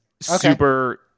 super